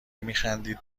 میخندید